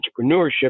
entrepreneurship